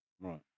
Right